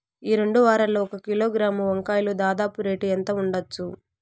ఈ రెండు వారాల్లో ఒక కిలోగ్రాము వంకాయలు దాదాపు రేటు ఎంత ఉండచ్చు?